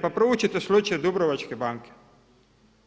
Pa proučite slučaj Dubrovačke banke,